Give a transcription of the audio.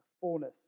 fullness